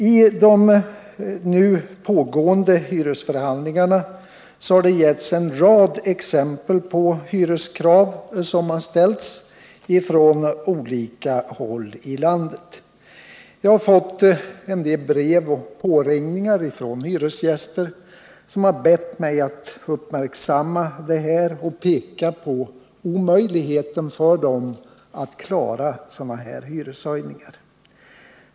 I de nu pågående hyresförhandlingarna har det getts en rad exempel på hyreskrav som har ställts från olika håll i landet. Jag har fått en del brev och påringningar från hyresgäster, som har bett mig att uppmärksamma detta och peka på omöjligheten för dem att klara sådana här hyreshöjningar.